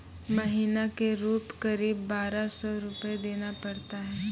महीना के रूप क़रीब बारह सौ रु देना पड़ता है?